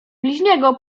bliźniego